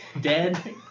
dead